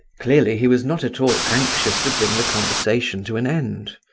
clearly he was not at all anxious to bring the conversation to an end.